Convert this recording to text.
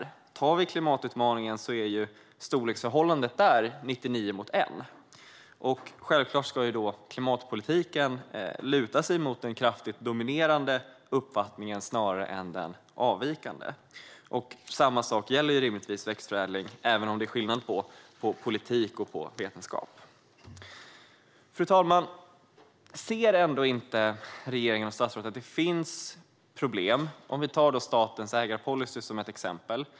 När det gäller klimatutmaningen är ju storleksförhållandet 99 mot 1. Självklart ska klimatpolitiken luta sig mot den kraftigt dominerande uppfattningen snarare än mot den avvikande. Samma sak gäller rimligtvis växtförädling, även om det är skillnad på politik och vetenskap. Fru talman! Ser ändå inte regeringen och statsrådet att det finns problem? Vi kan ta statens ägarpolicy som exempel.